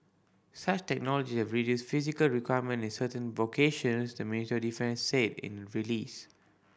such technology have reduced physical requirement in certain vocations the Ministry Defence said in a release